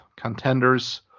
Contenders